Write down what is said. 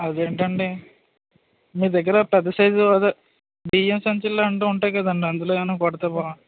అదేంటండి మీ దగ్గర పెద్ద సైజ్ అదే బియ్యం సంచులు లాంటివి ఉంటాయి కదండీ అందులో ఎమన్నా కొడితే బాగుండును